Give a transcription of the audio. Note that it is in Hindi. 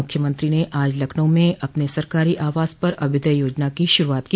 मुख्यमंत्री ने आज लखनऊ में अपने सरकारी आवास पर अभ्युदय योजना की शुरूआत की